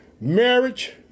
marriage